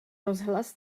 rozhlas